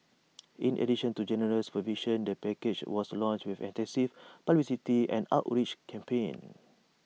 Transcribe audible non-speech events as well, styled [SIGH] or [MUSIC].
[NOISE] in addition to generous provisions the package was launched with an extensive publicity and outreach campaign